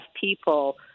people